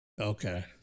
Okay